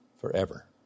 forever